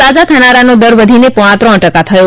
સાજા થનારાનો દર વધીને પોણા ત્રણ ટકા થયો